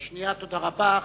תודה רבה.